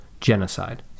genocide